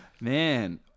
Man